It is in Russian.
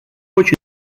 очень